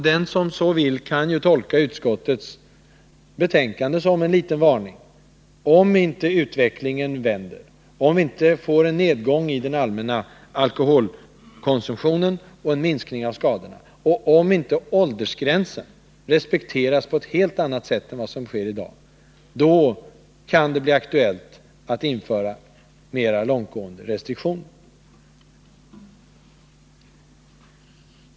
Den som vill kan tolka utskottets betänkande som en liten varning. Om inte utvecklingen vänder, om det inte blir en nedgång i den allmänna alkoholkonsumtionen och en minskning av skadorna, och om inte åldersgränsen respekteras på ett helt annat sätt än i dag, kan det bli aktuellt att införa mera långtgående restriktioner.